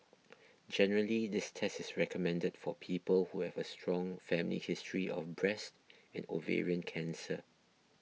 generally this test is recommended for people who have a strong family history of breast and ovarian cancer